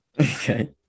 Okay